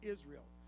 Israel